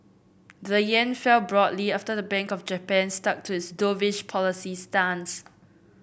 the yen fell broadly after the Bank of Japan stuck to its dovish policy stance